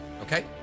Okay